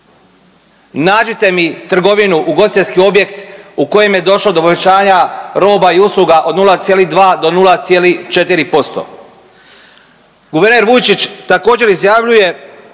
Nađite mi trgovinu, ugostiteljski objekt u kojem je došlo do poboljšanja roba i usluga od 0,2 do 0,4%? Guverner Vujčić također izjavljuje